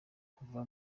kuva